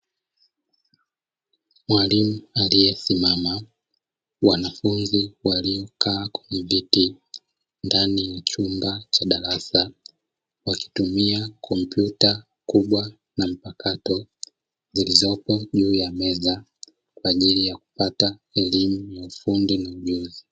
Mwalimu aliyesimama, wanafunzi waliokaa kwenye viti ndani ya chumba cha darasa, wakitumia kompyuta kubwa na mpakato zilizopo juu ya meza kwa ajili ya kupata elimu ya ufundi na ujuzi.